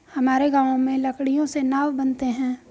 हमारे गांव में लकड़ियों से नाव बनते हैं